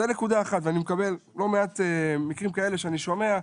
זו נקודה אחת ואני מקבל לא מעט מקרים כאלה שאני שומע,